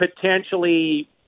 potentially